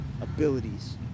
abilities